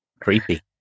Creepy